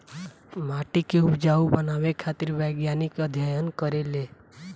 माटी के उपजाऊ बनावे खातिर वैज्ञानिक अध्ययन करेले